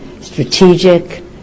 strategic